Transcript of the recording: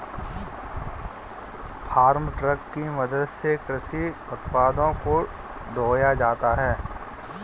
farm truck की मदद से कृषि उत्पादों को ढोया जाता है